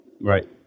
Right